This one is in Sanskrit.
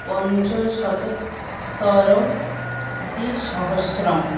पञ्चशतोत्तरद्विसहस्रं